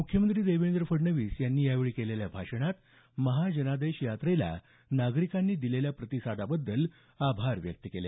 मुख्यमंत्री देवेंद्र फडणवीस यांनी यावेळी केलेल्या भाषणात महाजनादेश यात्रेला नागरिकांनी दिलेल्या प्रतिसादाबद्दल आभार व्यक्त केले